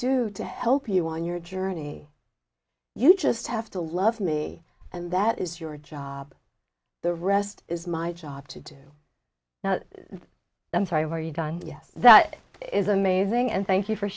do to help you on your journey you just have to love me and that is your job the rest is my job to do i'm sorry for you don yes that is amazing and thank you for